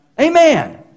Amen